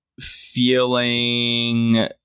feeling